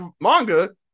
manga